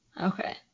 Okay